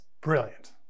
Brilliant